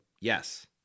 Yes